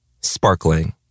Sparkling